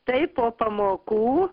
tai po pamokų